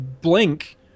blink